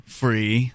free